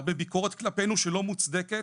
להרבה ביקורת כלפינו שלא מוצדקת